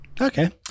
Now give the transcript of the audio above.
okay